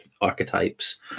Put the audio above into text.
archetypes